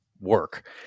work